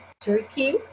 Turkey